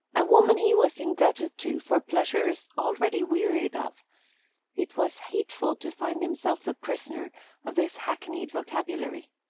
a woman he was indebted to for pleasures already wearied of it was hateful to find himself the prisoner of this hackneyed vocabulary.